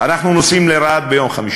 אנחנו נוסעים לרהט ביום חמישי.